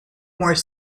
more